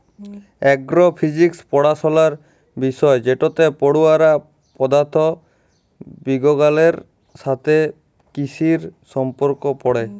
এগ্র physics পড়াশলার বিষয় যেটতে পড়ুয়ারা পদাথথ বিগগালের সাথে কিসির সম্পর্ক পড়ে